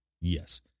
yes